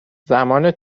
زمان